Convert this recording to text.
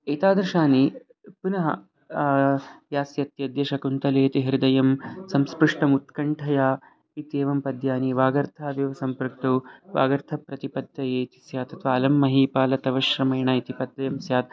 एतादृशानि पुनः यास्यत्यद्य शकुन्तलेति हृदयं संस्पृष्टमुत्कण्ठया इत्येवं पद्यानि वागर्थाविव सम्पृक्तौ वागर्थप्रतिपत्तये यस्यातु कालं महीपाल तवश्रमेण इति पद्यं स्या